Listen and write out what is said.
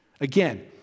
Again